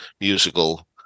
musical